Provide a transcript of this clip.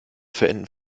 verenden